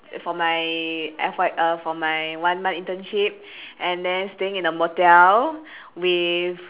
for my F Y uh for my one month internship and then staying in a motel with